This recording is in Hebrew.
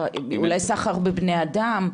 אולי סחר בבני אדם.